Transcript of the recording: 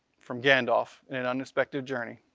from gandalf in an unexpected journey.